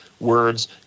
words